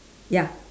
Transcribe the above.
ya